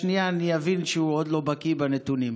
ובשנייה אני אבין אם הוא עוד לא בקי בנתונים.